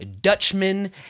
Dutchman